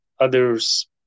Others